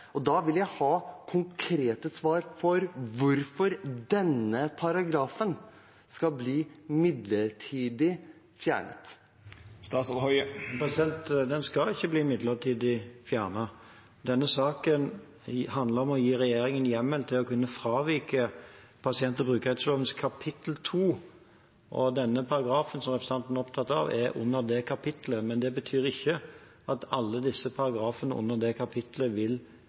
vil ha et konkret svar på hvorfor denne paragrafen skal bli midlertidig fjernet. Den skal ikke bli midlertidig fjernet. Denne saken handler om å gi regjeringen hjemmel til å kunne fravike pasient- og brukerrettighetsloven kapittel 2. Den paragrafen som representanten er opptatt av, er under det kapittelet, men det betyr ikke at alle paragrafene under det